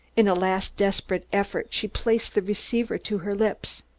in a last desperate effort she placed the receiver to her lips.